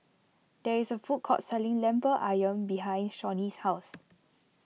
there is a food court selling Lemper Ayam behind Shawnee's house